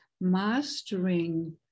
mastering